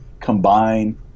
combine